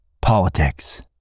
Politics